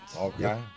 Okay